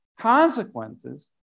consequences